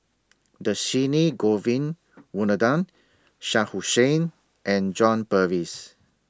Dhershini Govin Winodan Shah Hussain and John Purvis